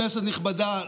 כנסת נכבדה,